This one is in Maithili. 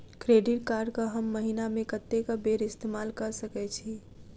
क्रेडिट कार्ड कऽ हम महीना मे कत्तेक बेर इस्तेमाल कऽ सकय छी?